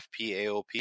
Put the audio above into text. FPAOP